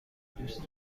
دوست